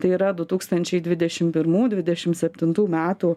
tai yra du tūkstančiai dvidešim pirmų dvidešim septintų metų